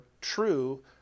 true